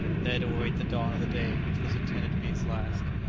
there to await the dawn of the day which was intended to be his last.